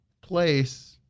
place